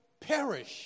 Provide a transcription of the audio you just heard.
perish